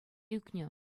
ӳкнӗ